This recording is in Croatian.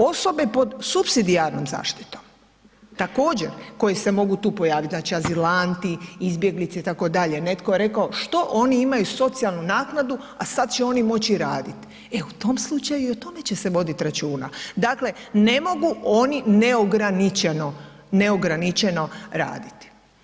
Osobe pod supsidijarnom zaštitom također koje se mogu tu pojavit, znači azilanti, izbjeglice itd., netko je rekao što oni imaju socijalnu naknadu, a sad će oni moć i radit, e u tom slučaju i o tome će se vodit računa, dakle ne mogu oni neograničeno, neograničeno raditi.